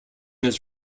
his